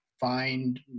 find